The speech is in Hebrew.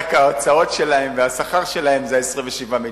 רק ההוצאות שלהם והשכר שלהם זה 27 מיליון.